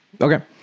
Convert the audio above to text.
Okay